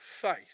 faith